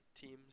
teams